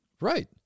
Right